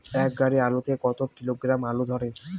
এক গাড়ি আলু তে কত কিলোগ্রাম আলু ধরে?